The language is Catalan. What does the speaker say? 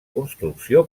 construcció